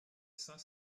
cinq